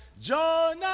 Jonah